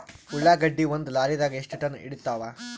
ಉಳ್ಳಾಗಡ್ಡಿ ಒಂದ ಲಾರಿದಾಗ ಎಷ್ಟ ಟನ್ ಹಿಡಿತ್ತಾವ?